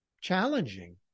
Challenging